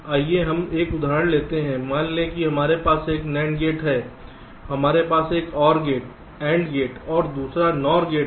आइए हम एक उदाहरण लेते हैं मान लें कि हमारे पास एक NAND गेट है हमारे पास एक OR गेट AND गेट और दूसरा NOR गेट है